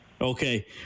Okay